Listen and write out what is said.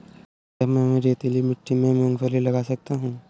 क्या मैं रेतीली मिट्टी में मूँगफली लगा सकता हूँ?